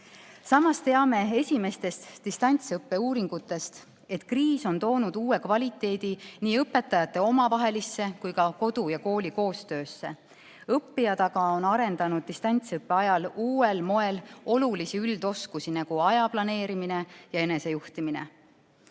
Samas teame esimestest distantsõppeuuringutest, et kriis on toonud uue kvaliteedi nii õpetajate omavahelisse kui ka kodu ja kooli koostöösse. Õppijad aga on arendanud distantsõppe ajal uuel moel olulisi üldoskusi, nagu aja planeerimine ja enesejuhtimine.